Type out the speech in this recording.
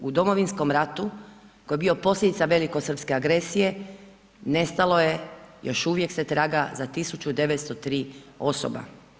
U Domovinskom ratu koji je bio posljedica velikosrpske agresije nestalo je, još uvijek se traga za 1903 osoba.